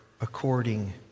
according